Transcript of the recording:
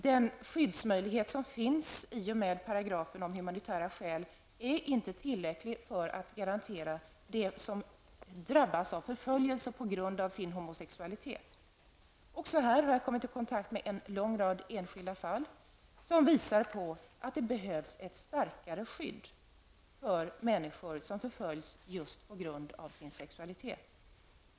Den skyddsmöjlighet som finns i och med paragrafen om humanitära skäl är inte tillräcklig för att garantera dem som drabbas av förföljelse på grund av sin homosexualitet. Här har jag kommit i kontakt med en lång rad enskilda fall som visar att det behövs ett starkare skydd för människor som förföljs just på grund av sin sexualitet.